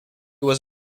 was